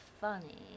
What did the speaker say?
funny